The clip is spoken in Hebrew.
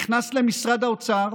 נכנס למשרד האוצר,